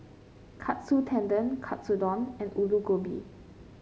Katsu Tendon Katsudon and Alu Gobi